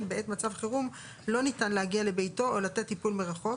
בעת מצב החירום לא ניתן להגיע לביתו או לתת טיפול מרחוק,